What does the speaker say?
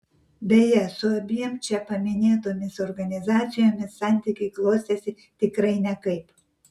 beje su abiem čia paminėtomis organizacijomis santykiai klostėsi tikrai nekaip